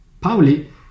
Pauli